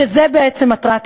שזו בעצם מטרת החוק?